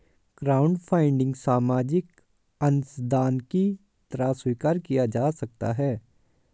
crowdfunding सामाजिक अंशदान की तरह स्वीकार किया जा सकता है